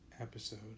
episode